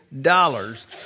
dollars